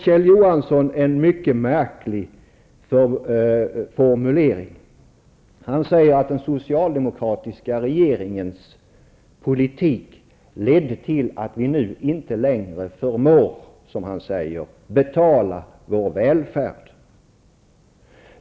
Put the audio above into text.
Kjell Johansson har en mycket märklig formulering, när han säger att den socialdemokratiska regeringens politik ledde till att vi nu inte längre förmår betala vår välfärd.